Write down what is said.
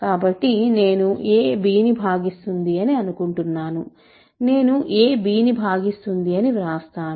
కాబట్టి నేను a b ని భాగిస్తుంది అని అనుకుంటున్నాను నేను a b ని భాగిస్తుంది అని వ్రాస్తాను